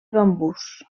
bambús